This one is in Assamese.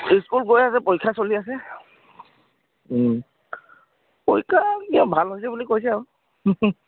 স্কুল গৈ আছে পৰীক্ষা চলি আছে পৰীক্ষা ভাল হৈছে বুলি কৈছে আৰু